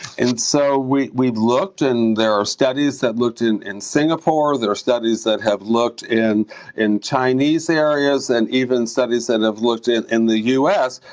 and so, we've we've looked and there are studies that looked in in singapore, there are studies that have looked in in chinese areas, and even studies that have looked in in the us,